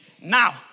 Now